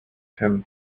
him